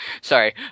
Sorry